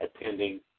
attending